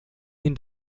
ihn